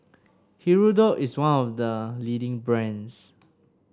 Hirudoid is one of the leading brands